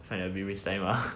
find a bit waste time lah